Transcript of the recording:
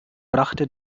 brachte